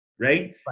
right